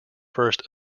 first